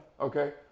Okay